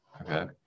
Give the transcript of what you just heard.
okay